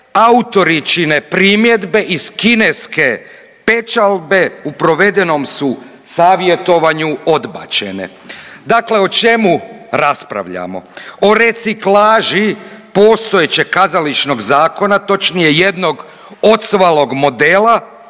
autoričine primjedbe iz kineske pečalbe u provedenom su savjetovanju odbačene. Dakle o čemu raspravljamo? O reciklaži postojećeg kazališnog zakona, točnije jednog ocvalog modela,